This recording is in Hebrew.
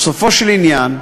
בסופו של עניין,